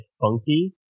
funky